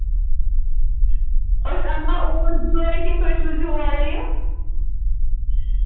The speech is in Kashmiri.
أسۍ اَنوا اوٗرۍ گٲڑۍ کِنہٕ تُہۍ سوٗزِو اورَے یہِ